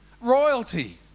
Royalty